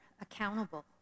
accountable